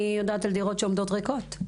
אני יודעת על דירות שעומדות ריקות.